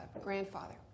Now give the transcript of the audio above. grandfather